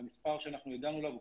והמספר שהגענו אליו הוא